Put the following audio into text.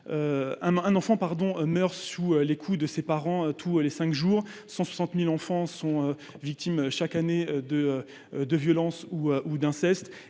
un enfant meurt sous les coups de ses parents tous les cinq jours et 160 000 enfants sont victimes chaque année de violences ou d’inceste.